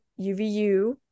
UVU